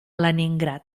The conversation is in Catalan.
leningrad